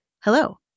Hello